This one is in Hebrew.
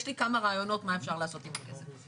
יש לי כמה רעיונות מה אפשר לעשות עם הכסף הזה.